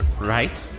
Right